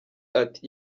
ati